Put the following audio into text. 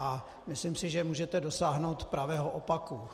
A myslím si, že můžete dosáhnout pravého opaku.